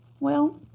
well,